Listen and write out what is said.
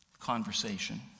conversation